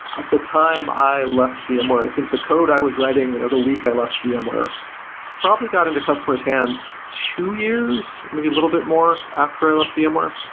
at the time i left yeah vmware, i think the code i was writing you know the week i left vmware probably got into customers hand two years, maybe a little bit more after i left vmware.